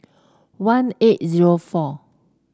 one eight zero four